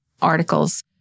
Articles